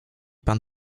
pan